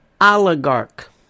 oligarch